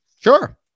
Sure